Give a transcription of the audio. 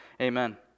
amen